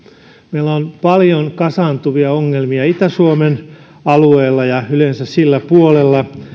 meillä on paljon kasaantuvia ongelmia itä suomen alueella ja yleensä sillä puolella